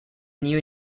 new